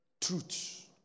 Truth